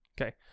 Okay